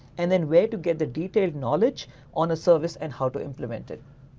and then where to get the detailed knowledge on a service and how to implement it.